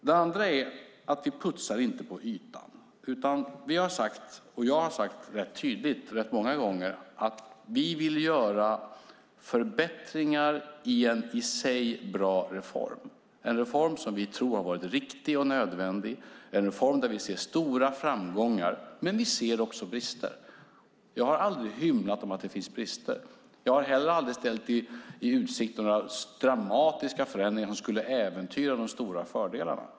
Sedan putsar vi inte på ytan, utan vi och jag har sagt ganska tydligt, rätt många gånger, att vi vill göra förbättringar i en i sig bra reform. Det är en reform som vi tror har varit riktig och nödvändig, en reform där vi ser stora framgångar, men vi ser också brister. Jag har aldrig hymlat om att det finns brister. Jag har heller aldrig ställt i utsikt några dramatiska förändringar som skulle äventyra de stora fördelarna.